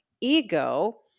ego